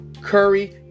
Curry